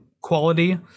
quality